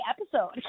episode